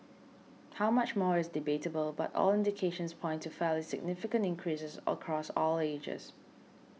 how much more is debatable but all indications point to fairly significant increases across all ages